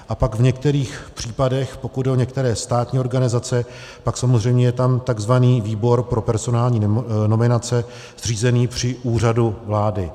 A pak v některých případech, pokud jde o některé státní organizace, pak samozřejmě je tam tzv. výbor pro personální nominace zřízený při Úřadu vlády.